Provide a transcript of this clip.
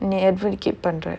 நீ எப்டி:nee epdi kept பண்ற:pandra